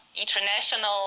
international